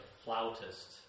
flautist